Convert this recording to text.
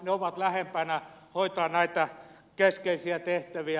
ne ovat lähempänä hoitamaan näitä keskeisiä tehtäviä